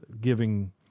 giving